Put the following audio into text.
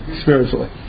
spiritually